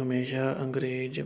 ਹਮੇਸ਼ਾ ਅੰਗਰੇਜ਼